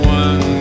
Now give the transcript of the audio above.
one